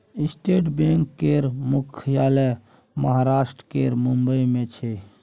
state bank केर मुख्यालय महाराष्ट्र केर मुंबई मे छै